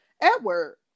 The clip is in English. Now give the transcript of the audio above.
Edward